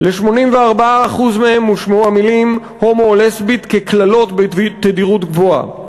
ל-84% מהם הושמעו המילים הומו או לסבית כקללות בתדירות גבוהה,